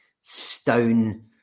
stone